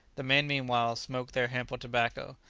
the men, meanwhile, smoke their hemp or tobacco,